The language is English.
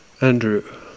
Andrew